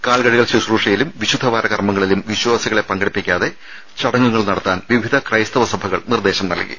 കാൽകഴുകൽ ശുശ്രൂഷയിലും വിശുദ്ധവാര കർമ്മങ്ങളിലും വിശ്വാസികളെ പങ്കെടുപ്പിക്കാതെ ചടങ്ങുകൾ നടത്താൻ വിവിധ ക്രൈസ്തവ സഭകൾ നിർദ്ദേശം നല്കി